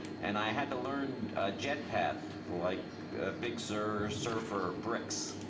and i had to learn a jet path, like big sur, serfr, ah bricks,